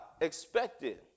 expected